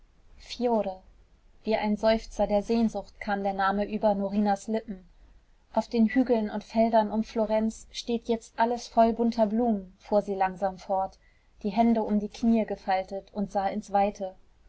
wie ein seufzer der sehnsucht kam der name über norinas lippen auf den hügeln und feldern um florenz steht jetzt alles voll bunter blumen fuhr sie langsam fort die hände um die knie gefaltet und sah ins weite